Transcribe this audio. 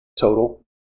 Total